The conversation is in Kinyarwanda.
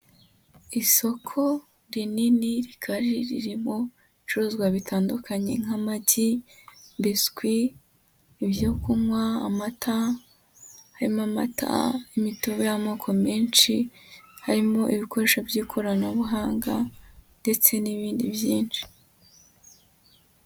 Isoko rinini rikaba ririmo ibicuruzwa bitandukanye nk'amagi, biswi, ibyo kunywa, amata, harimo amata, imitobe y'amoko menshi, harimo ibikoresho by'ikoranabuhanga ndetse n'ibindi byinshi.